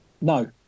No